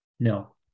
No